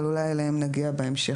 אבל אולי אליהם נגיע בהמשך.